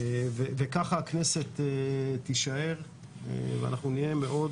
כך הכנסת תישאר ואנחנו נהיה מאוד